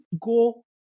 go